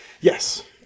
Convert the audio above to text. Yes